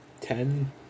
ten